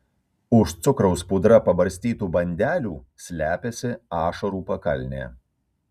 už cukraus pudra pabarstytų bandelių slepiasi ašarų pakalnė